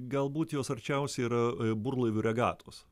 galbūt jos arčiausiai yra burlaivių regatos